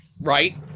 Right